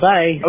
Bye